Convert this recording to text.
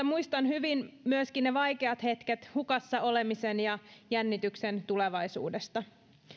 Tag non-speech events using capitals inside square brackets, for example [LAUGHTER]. [UNINTELLIGIBLE] muistan hyvin myöskin ne vaikeat hetket hukassa olemisen ja jännityksen tulevaisuudesta